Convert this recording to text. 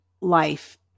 life